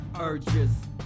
urges